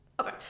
Okay